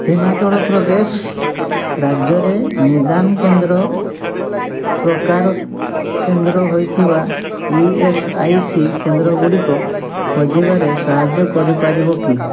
ହିମାଚଳ ପ୍ରଦେଶ ରାଜ୍ୟରେ ନିଦାନ କେନ୍ଦ୍ର ପ୍ରକାର କେନ୍ଦ୍ର ହେଇଥିବା ଇ ଏସ୍ ଆଇ ସି କେନ୍ଦ୍ରଗୁଡ଼ିକ ଖୋଜିବାରେ ସାହାଯ୍ୟ କରିପାରିବ କି